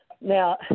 Now